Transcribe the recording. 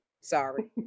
sorry